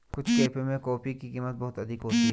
कुछ कैफे में कॉफी की कीमत बहुत अधिक होती है